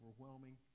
overwhelming